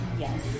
Yes